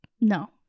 no